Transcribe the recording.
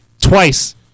twice